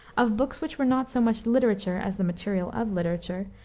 of books which were not so much literature as the material of literature,